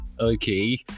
okay